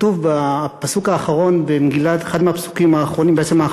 כתוב בפסוק האחרון במגילת אסתר,